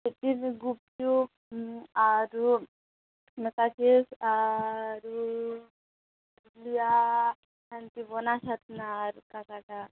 ସେଥିରେ ଗୁପ୍ଚୁପ୍ ଉଁ ଆରୁ ନ ଥାଏ ଆରୁ ଲିଆ ଏମ୍ତି ବନା ସାରିଥିଲା ଆରୁ କାଁଣଟା